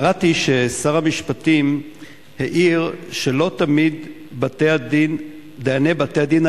קראתי ששר המשפטים העיר שלא תמיד דייני בתי-הדין